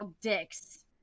dicks